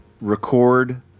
record